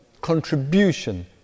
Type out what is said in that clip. contribution